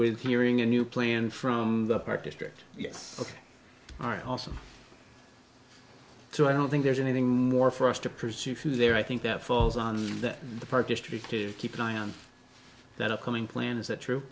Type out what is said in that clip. with hearing a new plan from the park district yes ok are awesome so i don't think there's anything more for us to pursue there i think that falls on the park district to keep an eye on that upcoming plan is that true